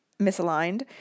misaligned